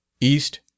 east